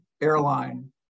airline